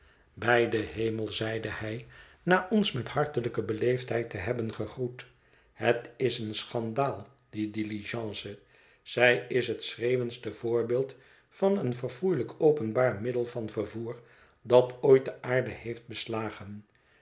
bij den hemel zeide hij na ons met hartelijke beleefdheid te hebben gegroet het is een schandaal die diligence zij is het schreeuwendste voorbeeld van een verfoeilijk openbaar middel van vervoer dat ooit de aarde heeft beslagen